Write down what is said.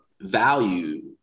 value